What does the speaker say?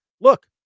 look